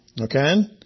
Okay